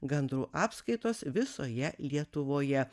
gandrų apskaitos visoje lietuvoje